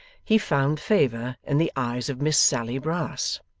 he found favour in the eyes of miss sally brass.